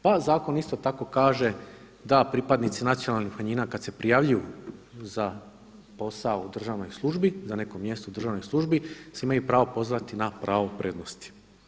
Pa zakon isto tako kaže da pripadnici nacionalnih manjina kad se prijavljuju za posao u državnoj službi, za neko mjesto u državnoj službi se imaju pravo pozvati na pravo prednosti.